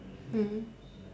mm